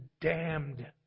damned